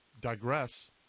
digress